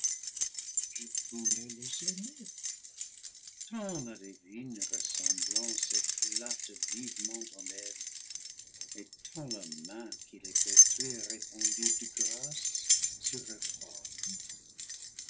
je pourrais les aimer tant la divine ressemblance éclate vivement en elles et tant la main qui les pétrit a répandu de grâces sur leur forme